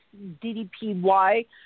DDPY